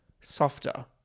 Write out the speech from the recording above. softer